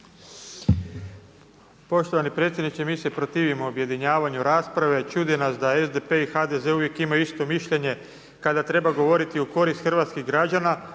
Poštovani predsjedniče, mi se protivimo objedinjavanju rasprave. Čudi nas da SDP i HDZ uvijek imaju isto mišljenje kada treba govoriti u korist hrvatskih građane.